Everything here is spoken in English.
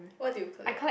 what do you collect